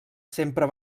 sempre